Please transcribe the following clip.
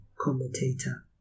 commentator